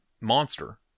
monster